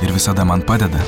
ir visada man padeda